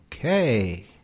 okay